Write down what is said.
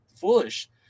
foolish